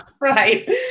right